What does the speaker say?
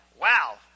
wow